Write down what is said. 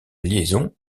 liaison